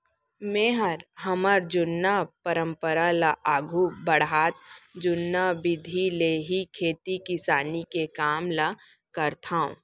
मैंहर हमर जुन्ना परंपरा ल आघू बढ़ात जुन्ना बिधि ले ही खेती किसानी के काम ल करथंव